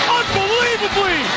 unbelievably